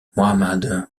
mohamed